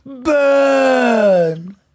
burn